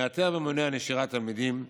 מאתר ומונע נשירת תלמידים,